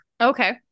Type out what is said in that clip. okay